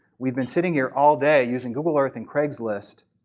we've been sitting here all day using google earth and craigslist.